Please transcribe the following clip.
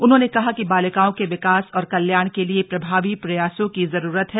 उन्होंने कहा कि बालिकाओं के विकास और कल्याण के लिए प्रभावी प्रयासों की जरूरत है